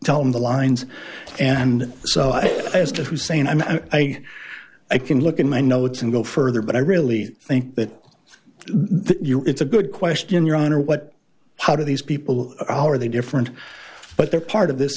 tell them the lines and so as to hussein i mean i i can look in my notes and go further but i really think that the it's a good question your honor what how do these people are they different but they're part of this